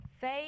faith